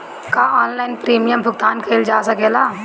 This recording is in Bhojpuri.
का ऑनलाइन प्रीमियम भुगतान कईल जा सकेला?